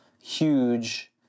huge